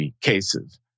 cases